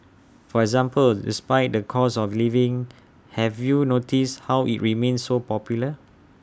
for example despite the cost of living have you noticed how IT remains so popular